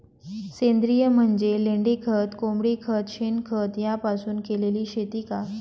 सेंद्रिय म्हणजे लेंडीखत, कोंबडीखत, शेणखत यापासून केलेली शेती का?